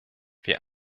wir